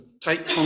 take